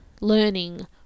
learning